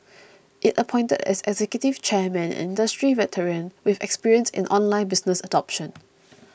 it appointed as executive chairman an industry veteran with experience in online business adoption